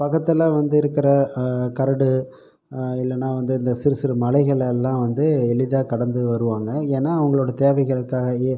பக்கத்தில் வந்து இருக்கிற கரடு இல்லைன்னா வந்து இந்த சிறுசிறு மலைகளெல்லாம் வந்து எளிதாக கடந்து வருவாங்க ஏன்னால் அவர்களோட தேவைகளுக்காகவே